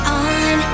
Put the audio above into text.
on